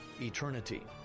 eternity